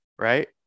Right